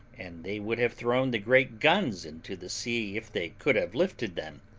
and they would have thrown the great guns into the sea if they could have lifted them.